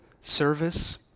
service